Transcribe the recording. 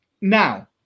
now